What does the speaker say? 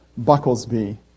Bucklesby